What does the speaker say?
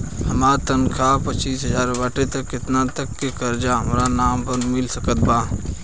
हमार तनख़ाह पच्चिस हज़ार बाटे त केतना तक के कर्जा हमरा नाम पर मिल सकत बा?